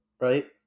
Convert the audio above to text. Right